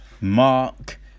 Mark